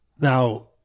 Now